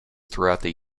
throughout